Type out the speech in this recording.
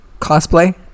cosplay